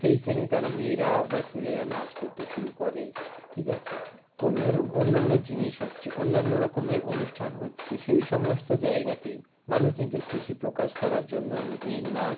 সেইখানেই তারা মেয়েরা বা ছেলেরা নাচ করতে শুরু করে ঠিক আছে কোনো ধরুন অন্যান্য জিনিস হচ্ছে অন্যান্য রকমের অনুষ্ঠান হচ্ছে সেই সমস্ত জায়গাতেই মানুষ নিজের খুশি প্রকাশ করার জন্য এই নাচ